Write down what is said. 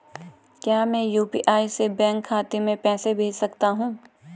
क्या मैं यु.पी.आई से बैंक खाते में पैसे भेज सकता हूँ?